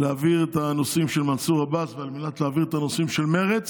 להעביר את הנושאים של מנסור עבאס ועל מנת להעביר את הנושאים של מרצ